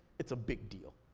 it's a big deal.